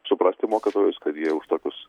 suprasti mokytojus kad jie už tokius